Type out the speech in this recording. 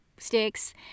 sticks